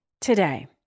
Today